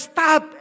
Stop